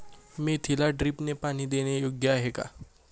मेथीला ड्रिपने पाणी देणे योग्य आहे का?